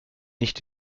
nicht